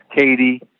Katie